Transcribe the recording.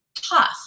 tough